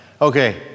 Okay